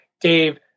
dave